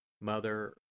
Mother